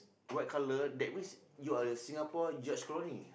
white colour that means you are a Singapore George-Clooney